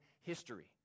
history